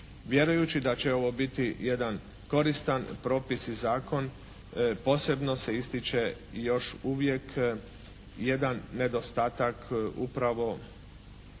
Vjerujući da će ovo biti jedan koristan propis i zakon posebno se ističe još uvijek jedan nedostatak upravo,